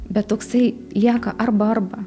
bet toksai lieka arba arba